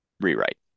rewrite